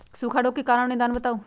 सूखा रोग के कारण और निदान बताऊ?